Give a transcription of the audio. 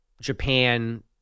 Japan